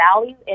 value